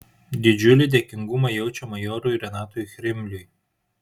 didžiulį dėkingumą jaučia majorui renatui chrimliui